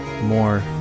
more